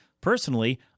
Personally